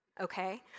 okay